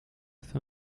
fin